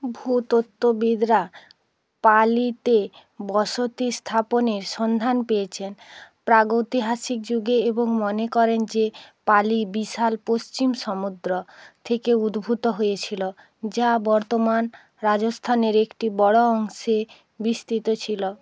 ভূতত্ত্ববিদরা পালিতে বসতি স্থাপনের সন্ধান পেয়েছেন প্রাগৈতিহাসিক যুগে এবং মনে করেন যে পালি বিশাল পশ্চিম সমুদ্র থেকে উদ্ভূত হয়েছিল যা বর্তমান রাজস্থানের একটি বড় অংশে বিস্তৃত ছিল